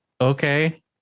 okay